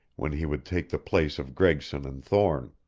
when he would take the place of gregson and thorne.